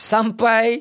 Sampai